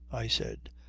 i said,